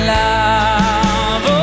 love